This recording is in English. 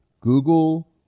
Google